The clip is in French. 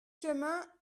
chemin